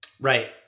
Right